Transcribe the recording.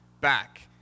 back